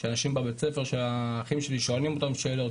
שאנשים בבית ספר של האחים שלי שואלים אותם שאלות,